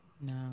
no